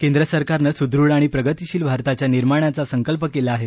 केंद्रसरकारनं सुदृढ आणि प्रगतीशिल भारताच्या निर्माणाचा संकल्प केला आहे